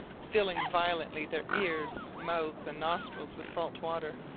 filling violently their ears, mouths and nostrils with salt water.